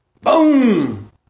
Boom